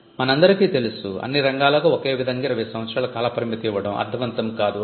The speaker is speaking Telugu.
మనందరికీ తెలుసు అన్ని రంగాలకు ఒకే విధంగా 20 సంవత్సరాల కాల పరిమితి ఇవ్వడం అర్ధవంతం కాదు అని